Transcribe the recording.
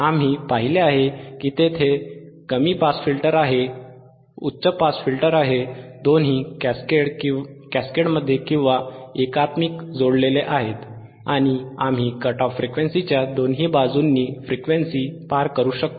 आम्ही पाहिले आहे की तेथे कमी पास फिल्टर आहे उच्च पास फिल्टर आहे दोन्ही कॅस्केडमध्ये एकात्मिक जोडलेले आहेत आणि आम्ही कट ऑफ फ्रिक्वेन्सीच्या दोन्ही बाजूंनी फ्रिक्वेन्सी पार करू शकतो